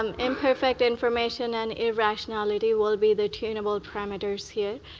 um imperfect information and irrationality will be the tuneable parameters here.